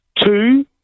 Two